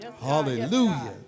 Hallelujah